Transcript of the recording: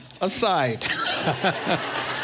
aside